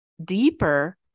deeper